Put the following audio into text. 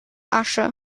asche